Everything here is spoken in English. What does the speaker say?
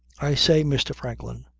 i say, mr. franklin,